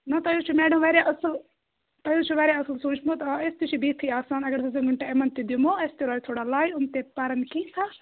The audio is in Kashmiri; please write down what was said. نہَ تۄہہِ حظ چھَو میڈَم واریاہ اَصٕل تۄہہِ حظ چھَو واریاہ اَصٕل سوٗنٛچمُت آ أسۍ تہِ چھِ بِہتھٕے آسان اگر حظ یِمَن ٹایِمَن تہِ دِمو اَسہِ تہِ روزِ تھوڑا لےَ یِم تہِ پَرن کینٛژھا